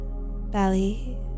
belly